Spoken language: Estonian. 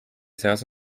seas